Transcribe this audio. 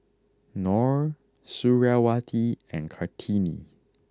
Noh Suriawati and Kartini